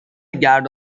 گرد